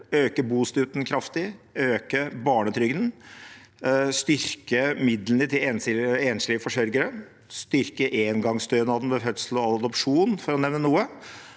øke bostøtten kraftig, øke barnetrygden, styrke midlene til enslige forsørgere, styrke engangsstønaden ved fødsel og adopsjon, for å nevne noe,